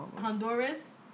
Honduras